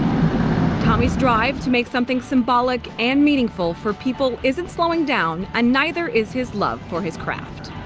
tommy strive to make something symbolic and meaningful for people isn't slowing down and neither is his love for his craft.